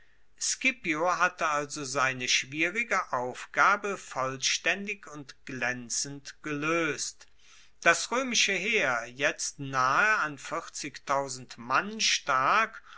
scipio hatte also seine schwierige aufgabe vollstaendig und glaenzend geloest das roemische heer jetzt nahe an mann stark